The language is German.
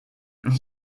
ich